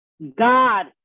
God